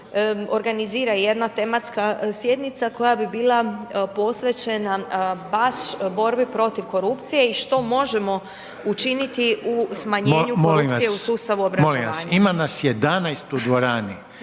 organizira jedna tematska sjednica koja bi bila posvećena baš borbi protiv korupcije i što možemo učiniti u smanjenju .../Upadica: Molim vas.